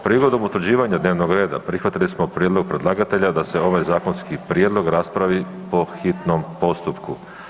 Prigodom utvrđivanja dnevnog reda prihvatili smo prijedlog predlagatelja da se ovaj zakonski prijedlog raspravi po hitnom postupku.